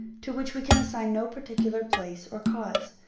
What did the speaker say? to which we can assign no particular place or cause.